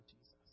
Jesus